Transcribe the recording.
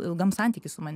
ilgam santykiui su manimi